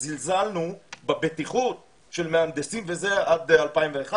זלזלנו בבטיחות של מהנדסים ב-2011